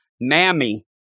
Mammy